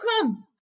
come